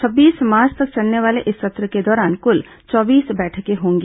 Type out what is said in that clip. छब्बीस मार्च तक चलने वाले इस सत्र के दौरान कुल चौबीस बैंठकें होंगी